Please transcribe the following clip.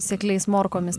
sekliais morkomis